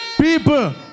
People